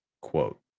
quote